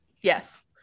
yes